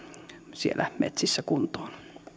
siellä metsissä kuntoon